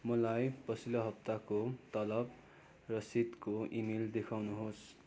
मलाई पछिल्लो हप्ताको तलब रसिदको इमेल देखाउनु होस्